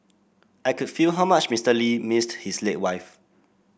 I could feel how much Mister Lee missed his late wife